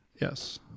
Yes